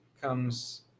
comes